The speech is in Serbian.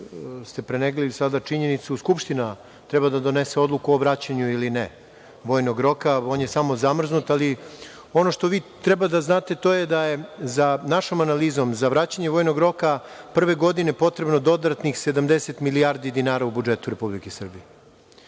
ste prenebregli činjenicu, Skupština treba da donese odluku o vraćanju ili ne vojnog roka. On je sam zamrznut, ali ono što vi treba da znate, da je našom analizom za vraćanje vojnog roka prve godine potrebno dodatnih 70 milijardi dinara u budžetu Republike Srbije. To